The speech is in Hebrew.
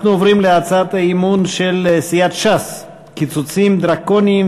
אנחנו עוברים להצעת האי-אמון של סיעת ש"ס: קיצוצים דרקוניים